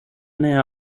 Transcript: nähe